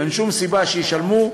אין שום סיבה שישלמו.